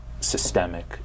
systemic